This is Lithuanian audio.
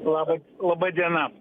laba laba diena